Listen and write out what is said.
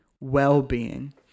well-being